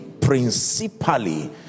principally